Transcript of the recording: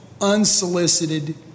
unsolicited